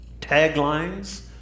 taglines